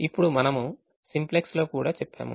ఇప్పుడు మనము సింప్లెక్స్ లో కూడా చెప్పాము